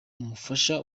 umufasha